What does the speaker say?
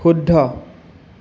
শুদ্ধ